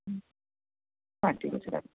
হুম হ্যাঁ ঠিক আছে রাখুন